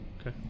Okay